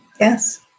yes